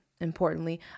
importantly